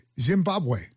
Zimbabwe